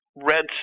red